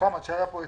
מוחמד שהיה פה אתמול.